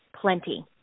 plenty